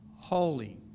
holy